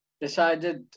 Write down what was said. decided